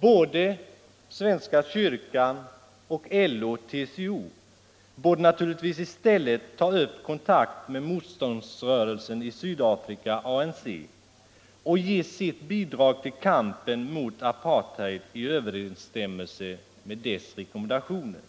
Både svenska kyrkan, LO och TCO borde naturligtvis i stället ta upp kontakt med motståndsrörelsen i Sydafrika, ANC, och ge sitt bidrag till kampen mot apartheid i överensstämmelse med dess rekommendationer.